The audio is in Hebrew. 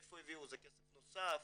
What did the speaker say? מאיפה הביאו, זה כסף נוסף?